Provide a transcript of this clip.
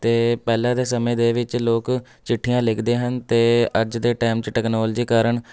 ਅਤੇ ਪਹਿਲਾਂ ਦੇ ਸਮੇਂ ਦੇ ਵਿੱਚ ਲੋਕ ਚਿੱਠੀਆਂ ਲਿਖਦੇ ਹਨ ਅਤੇ ਅੱਜ ਦੇ ਟਾਈਮ 'ਚ ਟੈਕਨੋਲਜੀ ਕਾਰਨ